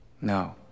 No